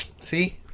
See